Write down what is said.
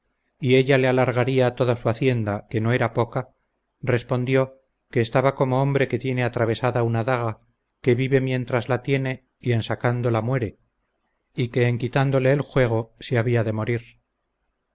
y ella le alargaría toda su hacienda que no era poca respondió que estaba como hombre que tiene atravesada una daga que vive mientras la tiene y en sacándola muere y que en quitándole el juego se había de morir